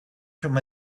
from